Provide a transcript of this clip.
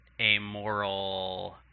amoral